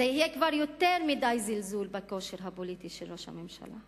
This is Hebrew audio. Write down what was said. זה יהיה כבר זלזול גדול מדי בכושר הפוליטי של ראש הממשלה.